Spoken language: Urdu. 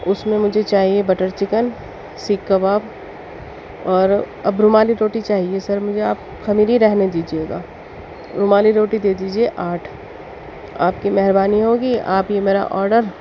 اس میں مجھے چاہیے بٹر چکن سیخ کباب اور اب رومالی روٹی چاہیے سر مجھے اب خمیری رہنے دیجیے گا رومالی روٹی دے دیجیے آٹھ آپ کی مہربانی ہوگی آپ یہ میرا آرڈر